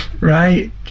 right